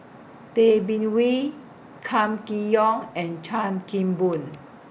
Tay Bin Wee Kam Kee Yong and Chan Kim Boon